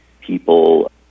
people